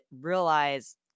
realize